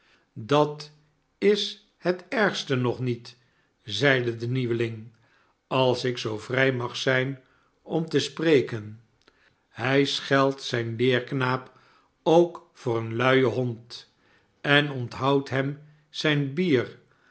dat is het ergste nog niet zeide de nieuweling sals ik zoo vrij mag zijn om te spreken hij scheldt zijn leerknaap ook voor een luien hond en onthoudt hem zijn bier